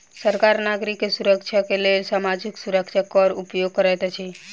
सरकार नागरिक के सुरक्षाक लेल सामाजिक सुरक्षा कर उपयोग करैत अछि